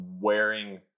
wearing